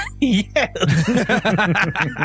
yes